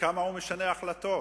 וכמה הוא משנה החלטות